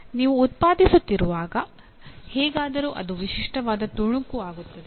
ನೀವು ಉತ್ಪಾದಿಸುತ್ತಿರುವಾಗ ಹೇಗಾದರೂ ಅದು ವಿಶಿಷ್ಟವಾದ ತುಣುಕು ಆಗುತ್ತದೆ